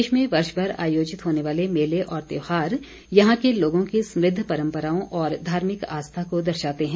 प्रदेश में वर्ष भर आयोजित होने वाले मेले और त्यौहार यहां के लोगों की समृद्ध परंपराओं और धार्मिक आस्था को दर्शाते हैं